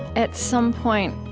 at some point,